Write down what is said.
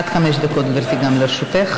עד חמש דקות, גברתי, גם לרשותך.